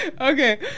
Okay